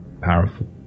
powerful